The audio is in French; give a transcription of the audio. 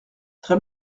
très